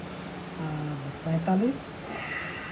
ᱟᱨ ᱯᱚᱸᱭᱛᱟᱞᱤᱥ